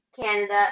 Canada